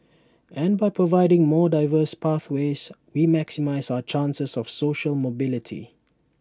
and by providing more diverse pathways we maximise our chances of social mobility